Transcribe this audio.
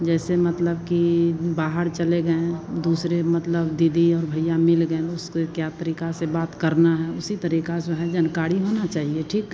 जैसे मतलब कि बाहर चले गए दूसरे मतलब दीदी और भैया मिल गए उसके क्या तरीका से बात करना है उसी तरीका से जो है जानकारी होना चाहिए ठीक